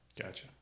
Gotcha